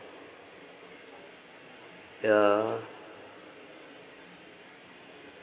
ya